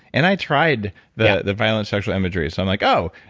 and i tried the the violence, sexual imagery. so i'm like, oh,